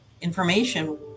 information